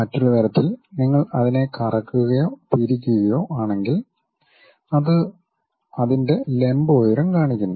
മറ്റൊരു തരത്തിൽ നിങ്ങൾ അതിനെ കറക്കുകയോ തിരിക്കുകയോ ആണെങ്കിൽ അത് അതിന്റെ ലംബ ഉയരം കാണിക്കുന്നു